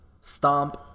stomp